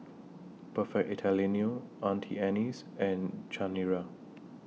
Perfect Italiano Auntie Anne's and Chanira